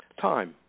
Time